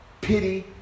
pity